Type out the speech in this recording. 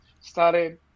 started